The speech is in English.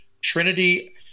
Trinity